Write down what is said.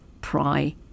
Pry